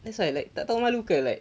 that's why like tak tahu malu ke like